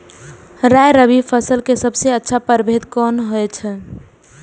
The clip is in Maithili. राय रबि फसल के सबसे अच्छा परभेद कोन होयत अछि?